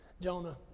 Jonah